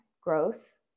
Gross